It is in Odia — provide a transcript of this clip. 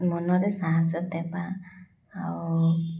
ମନରେ ସାହାଯ୍ୟ ଦେବା ଆଉ